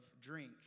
drink